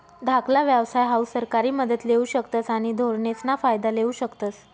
धाकला व्यवसाय हाऊ सरकारी मदत लेवू शकतस आणि धोरणेसना फायदा लेवू शकतस